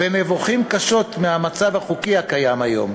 ונבוכים קשות מהמצב החוקי הקיים היום.